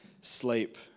sleep